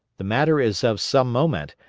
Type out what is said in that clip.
the matter is of some moment,